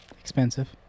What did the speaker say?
Expensive